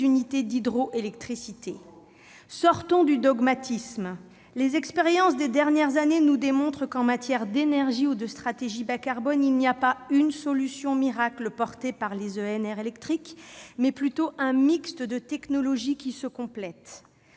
Sortons du dogmatisme : les expériences des dernières années démontrent que, en matière d'énergie et de stratégie bas-carbone, il n'y a pas une solution miracle, venue des ENR électriques, mais plutôt un mix de technologies qui se complètent.